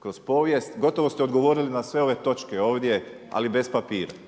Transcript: kroz povijest, gotovo ste odgovorili na sve ove točke ovdje ali bez papira.